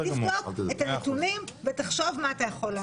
תבדוק את הנתונים ותחשוב מה אתה יכול לעשות.